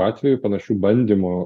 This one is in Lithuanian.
atvejų panašių bandymų